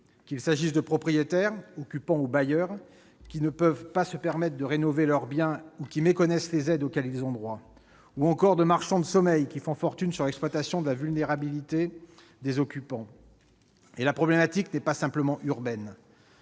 réalités : des propriétaires, occupants ou bailleurs, qui ne peuvent pas se permettre de rénover leur bien ou méconnaissent les aides auxquelles ils ont droit ; parfois aussi, des marchands de sommeil qui font fortune sur l'exploitation de la vulnérabilité des occupants. La problématique n'est pas simplement urbaine